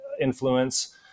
influence